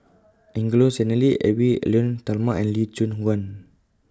Angelo Sanelli Edwy Lyonet Talma and Lee Choon Guan